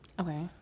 Okay